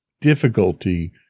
difficulty